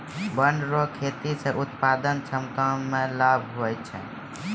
वन रो खेती से उत्पादन क्षमता मे लाभ हुवै छै